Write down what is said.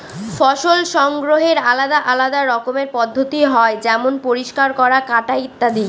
ফসল সংগ্রহের আলাদা আলদা রকমের পদ্ধতি হয় যেমন পরিষ্কার করা, কাটা ইত্যাদি